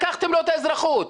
לקחתם לו את האזרחות.